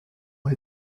ont